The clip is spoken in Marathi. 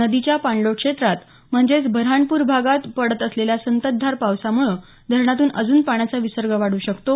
नदीच्या पाणलोट क्षेत्रात म्हणजेच बऱ्हाणपूर भागात पडत असलेल्या संततधार पावसामुळं धरणातून अजून पाण्याचा विसर्ग वाढू शकतो